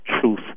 truth